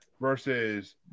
versus